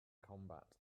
combat